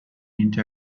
into